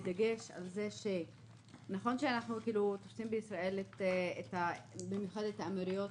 נכון שאנחנו תופסים בישראל את האמירויות